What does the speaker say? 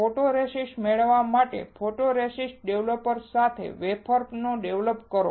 photoresist મેળવવા માટે photoresist developer સાથે વેફર નો ડેવલપર કરો